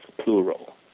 plural